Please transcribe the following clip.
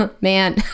man